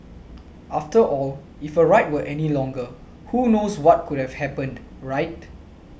after all if her ride were any longer who knows what could have happened right